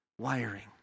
wiring